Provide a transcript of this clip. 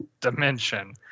dimension